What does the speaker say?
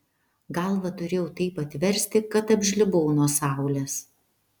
galvą turėjau taip atversti kad apžlibau nuo saulės